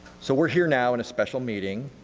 so we are here now in a special meeting